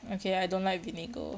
okay I don't like vinegar